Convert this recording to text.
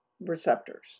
receptors